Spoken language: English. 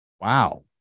wow